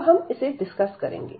अब हम इसे डिस्कस करेंगे